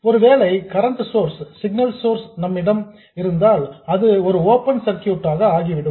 ஒருவேளை current source signal source ஆக நம்மிடம் இருந்தால் அது ஒரு ஓபன் சர்க்யூட் ஆக ஆகிவிடும்